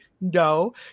no